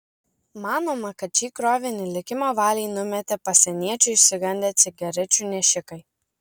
manoma kad šį krovinį likimo valiai numetė pasieniečių išsigandę cigarečių nešikai